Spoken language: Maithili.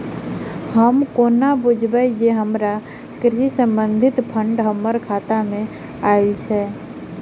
हम कोना बुझबै जे हमरा कृषि संबंधित फंड हम्मर खाता मे आइल अछि?